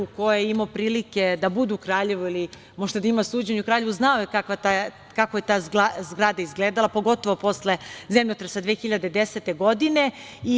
Ko je imao prilike da bude u Kraljevu ili možda da ima suđenje u Kraljevu zna kako je ta zgrada izgledala, pogotovo posle zemljotresa 2010. godine.